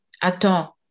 Attends